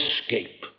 escape